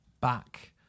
back